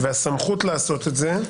והסמכות לעשות את זה?